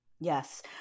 Yes